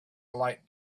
light